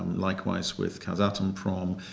likewise, with kazatomprom,